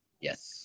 Yes